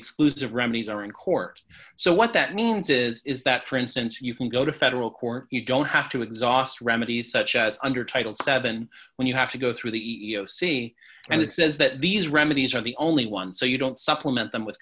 exclusive remedies are in court so what that means is that for instance you can go to federal court you don't have to exhaust remedies such as under title seven when you have to go through the e e o c and it says that these remedies are the only one so you don't supplement them with